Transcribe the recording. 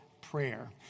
prayer